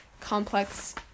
complex